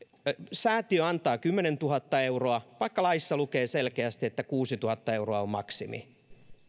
säätiö antaa kymmenentuhatta euroa vaikka laissa lukee selkeästi että kuusituhatta euroa on maksimi